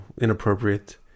inappropriate